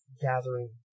gathering